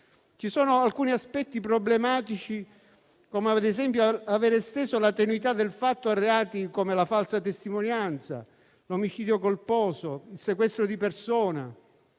Ci sono alcuni aspetti problematici, come ad esempio l'aver esteso la tenuità del fatto a reati come la falsa testimonianza, l'omicidio colposo o il sequestro di persona.